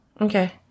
Okay